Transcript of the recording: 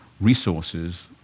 resources